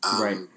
Right